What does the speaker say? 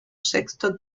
sexto